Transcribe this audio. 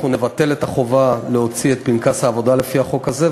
אנחנו נבטל את החובה להוציא את פנקס העבודה לפי החוק הזה,